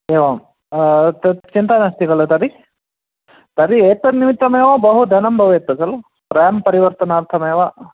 एवं तत् चिन्ता नास्ति खलु तर् तर्हि एतन्निमित्तमेव बहु धनं भवेत् लु रेम् परिवर्तनार्थमेव